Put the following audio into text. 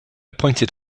pointed